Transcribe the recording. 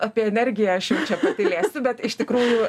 apie energiją aš jau čia patylėsiu bet iš tikrųjų